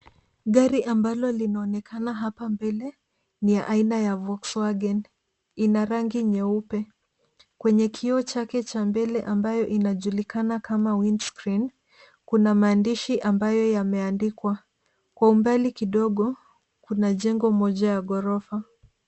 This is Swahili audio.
Gari ambalo linaonekana hapa mbele ni ya aina ya Volkswagenc[s] lina rangi nyeupe. Kwenye kioo chake cha mbele ambayo inajulikana kama wind screen kuna maandishi ambayo yameandikwa. Kwa umbali kidogo kuna jengo moja ya ghorofa.